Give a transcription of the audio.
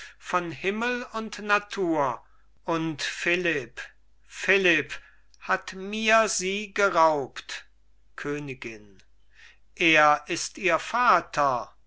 von himmel und natur und philipp philipp hat mir sie geraubt königin er ist ihr vater